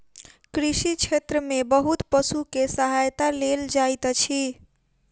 कृषि क्षेत्र में बहुत पशु के सहायता लेल जाइत अछि